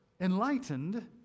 enlightened